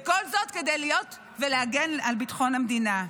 וכל זאת כדי להגן על ביטחון המדינה.